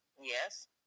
Yes